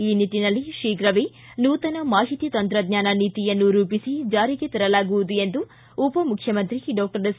ಈ ನಿಟ್ಟನಲ್ಲಿ ಶೀಘವೇ ನೂತನ ಮಾಹಿತಿ ತಂತ್ರಜ್ಞಾನ ನೀತಿಯನ್ನು ರೂಪಿಸಿ ಜಾರಿಗೆ ತರಲಾಗುವುದು ಎಂದು ಉಪಮುಖ್ಯಮಂತ್ರಿ ಡಾಕ್ಟರ್ ಸಿ